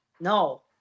no